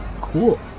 Cool